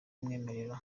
amwemerera